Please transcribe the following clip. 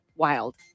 wild